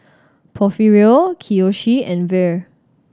Porfirio Kiyoshi and Vere